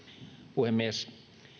puhemies